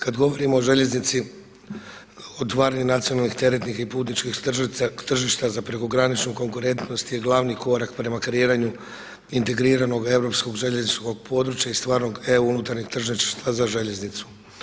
Kad govorimo o željeznici otvaranje nacionalnih, teretnih i putničkih tržišta za prekograničnu konkurentnost je glavni korak prema kreiranju integriranog europskog željezničkog područja i stvarnog EU unutarnjeg tržišta za željeznicu.